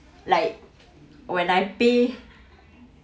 like when I pay